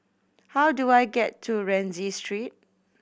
how do I get to Rienzi Street